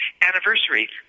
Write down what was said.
anniversary